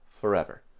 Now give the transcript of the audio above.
forever